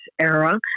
era